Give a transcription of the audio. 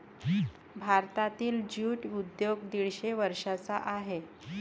भारतातील ज्यूट उद्योग दीडशे वर्षांचा आहे